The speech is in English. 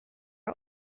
are